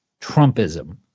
Trumpism